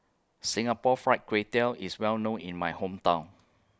Singapore Fried Kway Tiao IS Well known in My Hometown